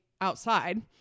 outside